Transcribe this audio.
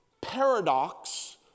paradox